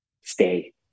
stay